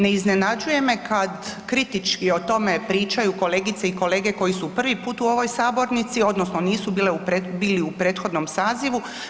Ne iznenađuje me kad kritički o tome pričaju kolegice i kolege koji su prvi put u ovoj sabornici odnosno nisu bile, bili u prethodnom sazivu.